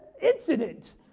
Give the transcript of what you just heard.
incident